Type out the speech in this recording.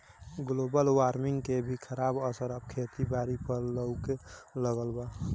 global warming के भी खराब असर अब खेती बारी पर लऊके लगल बा